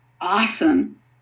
awesome